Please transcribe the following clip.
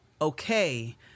okay